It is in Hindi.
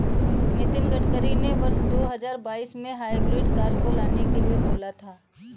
नितिन गडकरी ने वर्ष दो हजार बाईस में हाइब्रिड कार को लाने के लिए बोला